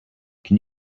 can